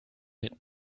mit